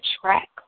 track